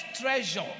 treasure